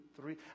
three